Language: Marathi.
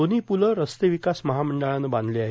दोन्हो पूलं रस्ते ावकास महामंडळानं बांधले आहेत